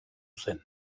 zen